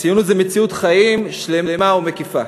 ציונות זה מציאות חיים שלמה ומקיפה.